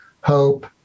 hope